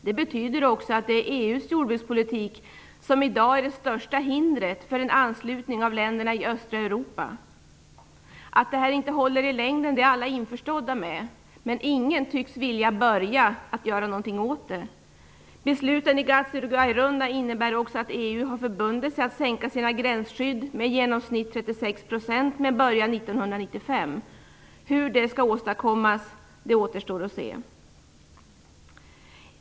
Det betyder också att det är EU:s jordbrukspolitik som i dag är det största hindret för en anslutning av länderna i östra Europa. Att detta inte håller i längden är alla införstådda med, men ingen tycks vilja börja göra någonting åt det. Besluten i GATT:s Uruguayrunda innebär också att EU har förbundit sig att sänka sina gränsskydd med i genomsnitt 36 % med början 1995. Hur det skall åstadkommas återstår att se.